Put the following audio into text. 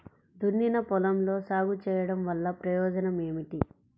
దున్నిన పొలంలో సాగు చేయడం వల్ల ప్రయోజనం ఏమిటి?